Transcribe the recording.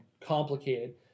complicated